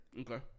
Okay